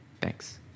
Thanks